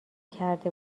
کرده